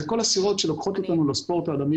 כל הסירות שלוקחות אותנו לספורט הימי